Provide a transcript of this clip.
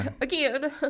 again